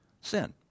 Sin